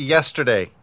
Yesterday